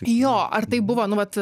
jo ar tai buvo nu vat